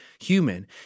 human